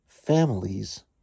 Families